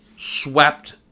swept